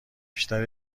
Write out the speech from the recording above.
بیشتر